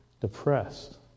depressed